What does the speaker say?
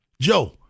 Joe